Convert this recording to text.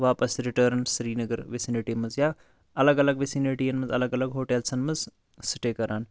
واپَس return Srinagar vicinity مَنٛز یا الگ الگ وِسِنِٹییَن مَنٛز الگ الگ ہوٹلَن مَنٛز سِٹے کَران